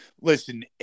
listen